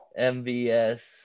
MVS